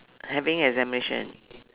having examination